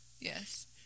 Yes